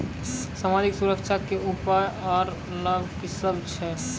समाजिक सुरक्षा के उपाय आर लाभ की सभ छै?